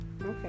Okay